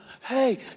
hey